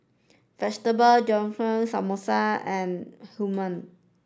Vegetable Jalfrezi Samosa and Human